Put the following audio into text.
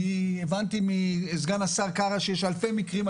אני הבנתי מסגן השר קארה שיש אלפי מקרים,